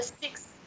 six